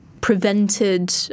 prevented